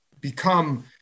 become